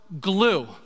glue